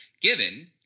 given